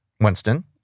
Winston